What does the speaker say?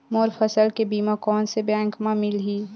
मोर फसल के बीमा कोन से बैंक म मिलही?